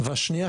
והשנייה,